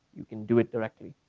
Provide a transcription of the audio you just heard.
you can do it directly.